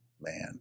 man